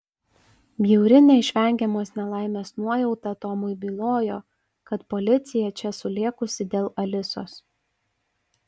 bjauri neišvengiamos nelaimės nuojauta tomui bylojo kad policija čia sulėkusi dėl alisos